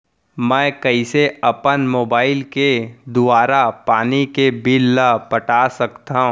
मैं कइसे अपन मोबाइल के दुवारा पानी के बिल ल पटा सकथव?